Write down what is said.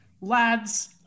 Lads